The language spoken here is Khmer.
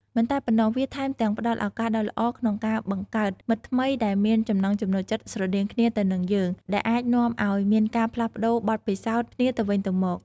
មិនតែប៉ុណ្ណោះ វាថែមទាំងផ្ដល់ឱកាសដ៏ល្អក្នុងការបង្កើតមិត្តថ្មីដែលមានចំណូលចិត្តស្រដៀងគ្នាទៅនឹងយើង ដែលអាចនាំឱ្យមានការផ្លាស់ប្ដូរបទពិសោធន៍គ្នាទៅវិញទៅមក។